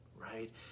Right